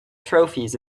trophies